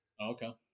Okay